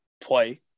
play